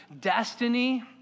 destiny